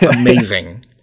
amazing